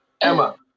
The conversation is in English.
Emma